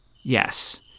yes